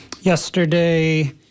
Yesterday